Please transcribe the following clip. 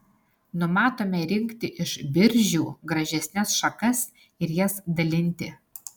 numatome rinkti iš biržių gražesnes šakas ir jas dalinti